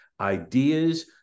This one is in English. Ideas